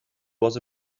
was